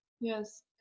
Yes